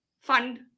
fund